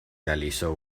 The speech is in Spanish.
realizó